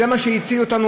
זה מה שהציל אותנו.